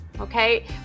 okay